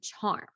charm